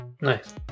Nice